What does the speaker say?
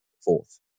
fourth